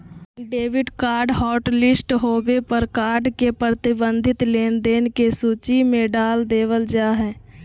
debit card hotlist होबे पर card के प्रतिबंधित लेनदेन के सूची में डाल देबल जा हय